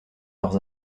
leurs